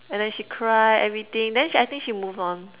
and then she cried everything then I think she moved on